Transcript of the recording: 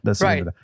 right